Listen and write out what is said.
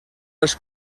els